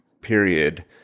period